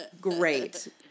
great